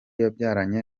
yabyaranye